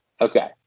Okay